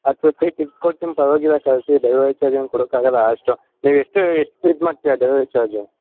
ಹತ್ತು ರೂಪಾಯಿ ಟಿಪ್ಸ್ ಕೊಡ್ತಿನಿ ಪರವಾಗಿಲ್ಲ ಕಳಿಸಿ ಡಿಲಿವರಿ ಚಾರ್ಜ್ ಏನು ಕೊಡೋಕಾಗೋಲ್ಲ ಅಷ್ಟು ನೀವೆಷ್ಟು ಎಷ್ಟು ಇದುಮಾಡ್ತೀರಾ ಡಿಲಿವರಿ ಚಾರ್ಜು